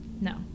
No